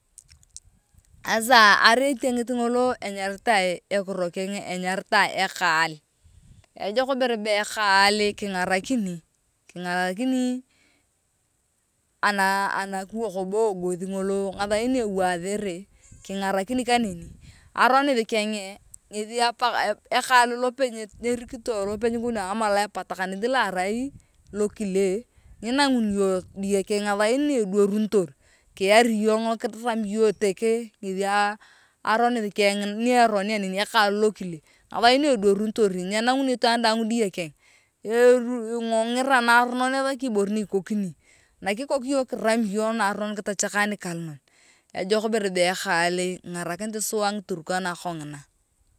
Aasa arai etiangit ngolo arai enyaritae ekaal ejok ibere beee ekaal kingarakini ana anakiwok bo eegos ngolo ngathain ni ewothere kingarakini kaneni arounith keng eyei ekaal lope nyerekitae lope nyerai ama la epatakinit lo ekile nyinanguni iyong deyee keng kiari iyong kirami iyong eteke aronith keng ngina ni eronia neni ngathain na eduarinitor nyenanguni itawaan dang diyete keng eeru ingirangira ethaki ibore ni ikokini nakikook yong kirami iyong nikaronon kitachaka nakikook yong kirami iyong nikaronon kitachaka nikala ejok ibere be ekaal kingarakinet sua ngiturkana kongina.